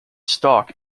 stock